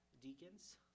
deacons